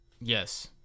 Yes